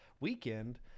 weekend